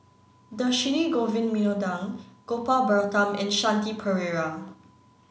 Dhershini Govin Gopal Baratham and Shanti Pereira